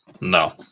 No